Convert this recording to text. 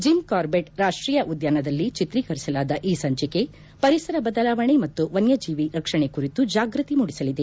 gym Corbett ರಾಷ್ಟೀಯ ಉದ್ಯಾನದಲ್ಲಿ ಚಿತ್ರೀಕರಿಸಲಾದ ಈ ಸಂಚಿಕೆ ಪರಿಸರ ಬದಲಾವಣೆ ಮತ್ತು ವನ್ಥಜೀವಿ ರಕ್ಷಣೆ ಕುರಿತು ಜಾಗೃತಿ ಮೂಡಿಸಲಿದೆ